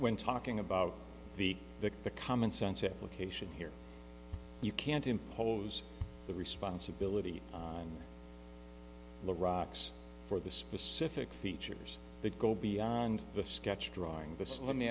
when talking about the the commonsense implication here you can't impose the responsibility the rocks for the specific features that go beyond the sketch drawing this let me